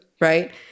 right